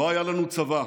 לא היה לנו צבא.